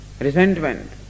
resentment